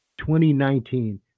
2019